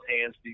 hands